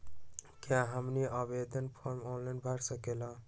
क्या हमनी आवेदन फॉर्म ऑनलाइन भर सकेला?